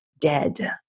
dead